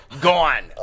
gone